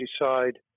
decide